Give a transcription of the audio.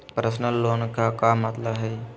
Personal loan के का मतलब हई?